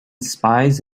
spies